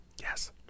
yes